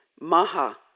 maha